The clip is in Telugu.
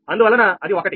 అందువలన అది 1